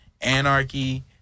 Anarchy